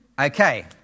Okay